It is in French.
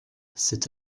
c’est